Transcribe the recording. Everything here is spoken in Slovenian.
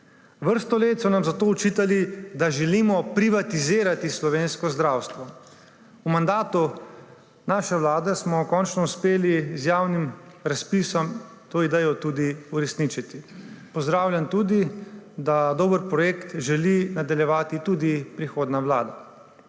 Vrsto let so nam zato očitali, da želimo privatizirati slovensko zdravstvo. V mandatu naše vlade smo končno uspeli z javnim razpisom to idejo tudi uresničiti. Pozdravljam tudi, da dober projekt želi nadaljevati tudi prihodnja vlada.